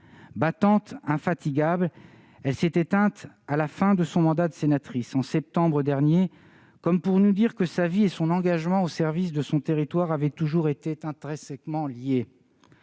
Battante, infatigable, elle s'est éteinte à la fin de son mandat de sénatrice en septembre dernier, comme pour nous dire que sa vie et son engagement au service de son territoire avaient toujours été intrinsèquement liés.